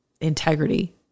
integrity